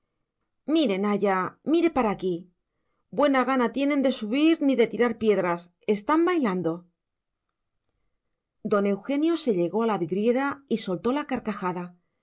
mire naya mire para aquí buena gana tienen de subir ni de tirar piedras están bailando don eugenio se llegó a la vidriera y soltó la carcajada